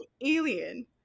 alien